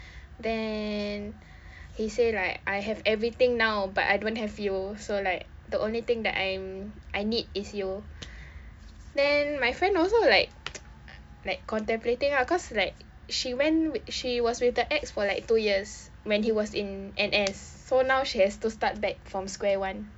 then he say like I have everything now but I don't have you so like the only thing that I'm I need is you then my friend also like uh like contemplating lah cause like she when she was with her ex for like two years when he was in N_S so now she has to start back from square one